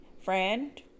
friend